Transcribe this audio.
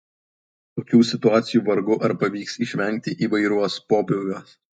tokių situacijų vargu ar pavyks išvengti įvairiuos pobūviuos